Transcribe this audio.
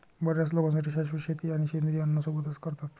बर्याच लोकांसाठी शाश्वत शेती आणि सेंद्रिय अन्न सोबतच करतात